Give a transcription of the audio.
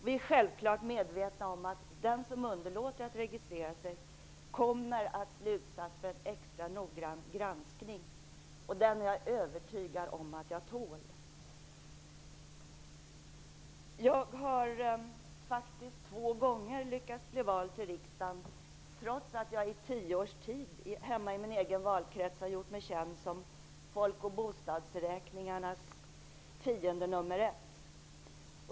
Vi är självfallet medvetna om att den som underlåter att registrera sig kommer att bli utsatt för en extra noggrann granskning. Den är jag övertygad om att jag tål. Jag har faktiskt två gånger lyckats bli vald till riksdagen trots att jag i tio års tid hemma i min egen valkrets har gjort mig känd som folk och bostadsräkningarnas fiende nummer ett.